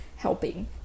Helping